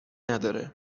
نداره